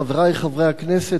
חברי חברי הכנסת,